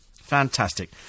Fantastic